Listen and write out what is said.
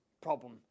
problem